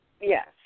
Yes